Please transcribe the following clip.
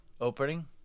opening